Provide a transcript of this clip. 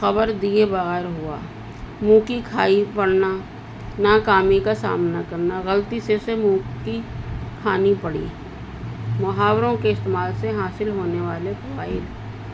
خبر دیے بغیر ہوا منکی کھائی پڑھنا ناکامی کا سامنا کرنا غلطی سے سے منکی کھانی پڑی محاوروں کے استعمال سے حاصل ہونے والے فواہد